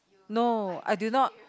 no I did not